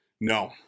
No